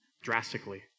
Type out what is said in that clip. drastically